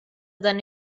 dan